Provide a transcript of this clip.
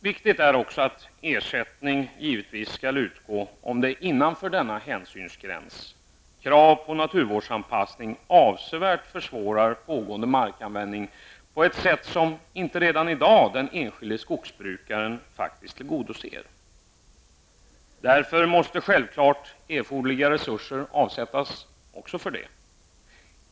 Det är också viktigt att ersättning skall utgå om innanför denna hänsynsgräns krav på naturvårdsanpassning avsevärt försvårar pågående markanvändning på ett sätt som inte redan i dag den enskilde skogsbrukaren faktiskt tillgodoser. Därför måste självklart erforderliga resurser avsättas för det.